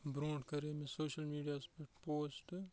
برونٛٹھ کَرے مےٚ سوشَل میٖڈیاہَس پٮ۪ٹھ پوسٹ